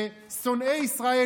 שונאי ישראל,